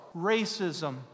racism